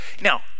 Now